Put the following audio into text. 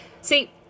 see